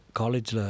college